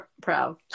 proud